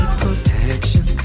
protection